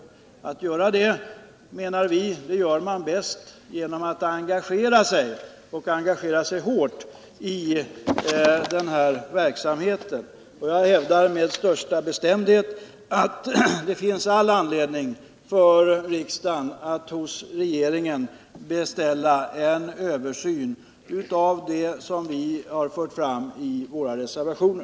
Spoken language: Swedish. Detta menar vi att man gör bäst genom att hårt engagera sig i verksamheten. Jag hävdar med största bestämdhet att det finns all anledning för riksdagen att hos regeringen beställa en översyn av Datasaab enligt de krav som vi har fört fram i våra reservationer.